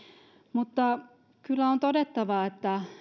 mutta kyllä on todettava että